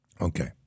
Okay